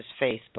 Facebook